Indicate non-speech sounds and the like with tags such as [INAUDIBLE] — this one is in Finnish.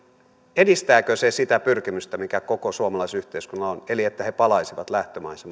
edistääkö se sitä pyrkimystä mikä koko suomalaisella yhteiskunnalla on eli että he he palaisivat lähtömaihinsa [UNINTELLIGIBLE]